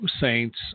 saints